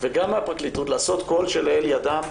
וגם מהפרקליטות לעשות כל שלאל ידם,